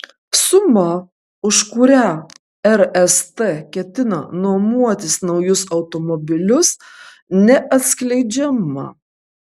suma už kurią rst ketina nuomotis naujus automobilius neatskleidžiama